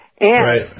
Right